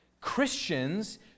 Christians